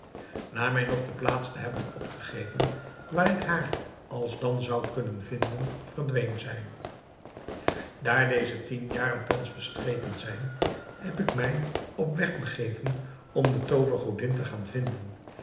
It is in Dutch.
na mij nog de plaats te hebben opgegeven waar ik haar alsdan zou kunnen vinden verdween zij daar deze tien jaren thans verstreken zijn heb ik mij op weg begeven om de toovergodin te gaan vinden